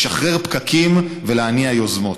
לשחרר פקקים ולהניע יוזמות.